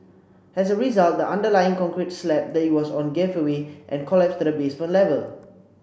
as a result the underlying concrete slab that it was on gave way and collapsed to the basement level